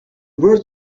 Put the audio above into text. word